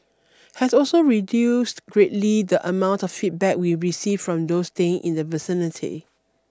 has also reduced greatly the amount of feedback we received from those staying in the vicinity